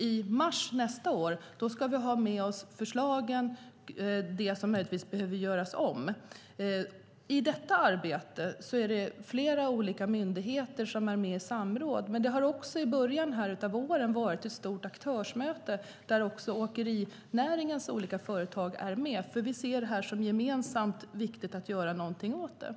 I mars nästa år ska vi ha med oss förslagen och det som möjligtvis behöver göras om. I detta arbete är det flera olika myndigheter som är med i ett samråd. Men i början av våren har det också varit ett stort aktörsmöte där även åkerinäringens olika företag har varit med. Vi ser det som viktigt att göra något gemensamt åt detta.